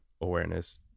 awareness